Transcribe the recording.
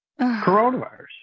Coronavirus